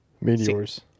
meteors